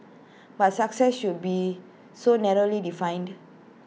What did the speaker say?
but success should be so narrowly defined